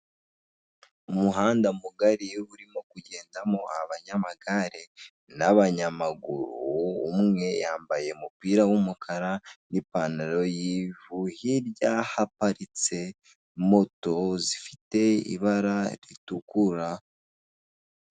Umuhanda mugari uba urimo kugendamo abanyamagare n'abanyamaguru, umwe yambaye umupira w'umukara n'ipantaro y''ivu, hirya haparitse moto zifite ibara ritukura.